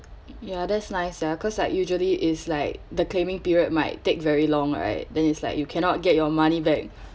ya that's nice ya cause like usually is like the claiming period might take very long right then is like you cannot get your money back